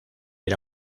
era